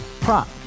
Prop